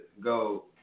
go